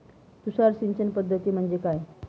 तुषार सिंचन पद्धती म्हणजे काय?